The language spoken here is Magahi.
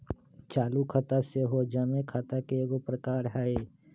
चालू खता सेहो जमें खता के एगो प्रकार हइ